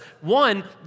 One